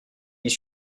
donc